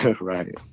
Right